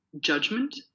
judgment